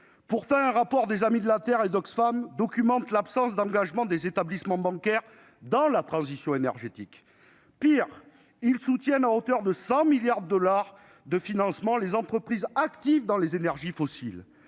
Pourtant, un rapport conjoint des Amis de la Terre France et d'Oxfam souligne l'absence d'engagement des établissements bancaires dans la transition énergétique. Pire, ces derniers soutiennent à hauteur de 100 milliards de dollars les entreprises actives dans les énergies fossiles.